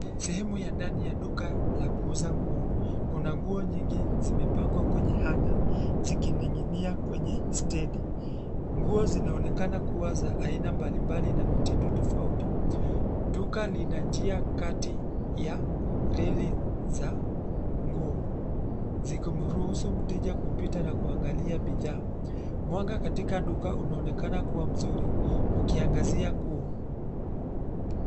Sehemu ya ndani ya duka la kuuza nguo, kuna nguo nyingi zimepangwa kwenye hanger , zikining'inia kwenye stendi, nguo zinaonekana kuwa za aina mbali mbali na mitindo tofauti, duka lina njia kati, ya, reli, za, nguo, zikimruhusu mteja kupita na kuangalia bidhaa, mwanga katika duka unaonekana kuwa mzuri, ukiangazia nguo.